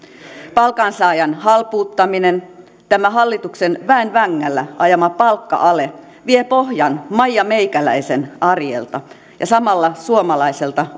palkansaajan halpuuttaminen tämä hallituksen väen vängällä ajama palkka ale vie pohjan maijameikäläisen arjelta ja samalla suomalaiselta